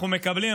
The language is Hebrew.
אנחנו מקבלים,